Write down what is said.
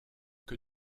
que